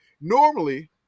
Normally